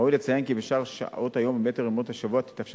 ראוי לציין כי בשאר שעות היום וביתר ימות השבוע תתאפשר